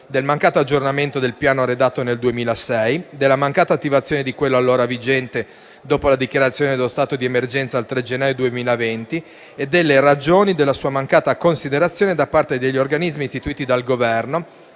del mancato aggiornamento del piano redatto nel 2006, della mancata attivazione di quello allora vigente dopo la dichiarazione dello stato di emergenza il 3 gennaio 2020, e delle ragioni della sua mancata considerazione da parte degli organismi istituiti dal Governo